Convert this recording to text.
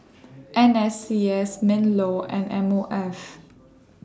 N S C S MINLAW and M O F